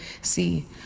See